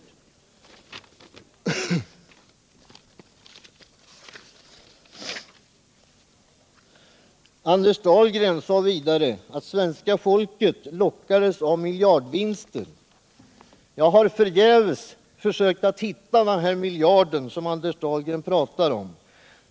ken, m.m. Anders Dahlgren sade vidare att svenska folket lockades av miljardvinster. Jag har förgäves försökt att hitta den miljard som Anders Dahlgren talar om.